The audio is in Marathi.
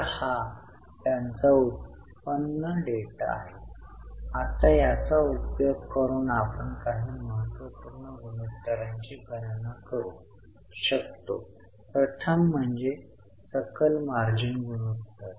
तर हा त्यांचा उत्पन्न डेटा आहे आता याचा उपयोग करून आपण काही महत्त्वपूर्ण गुणोत्तरांची गणना करू शकतो प्रथम म्हणजे सकल मार्जिन गुणोत्तर